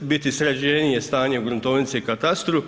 biti sređenije stanje u gruntovnici i katastru.